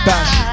Bash